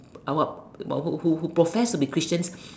uh what what who who profess to be Christians